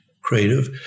creative